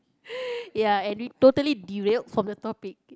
ya and we totally derailed from the topic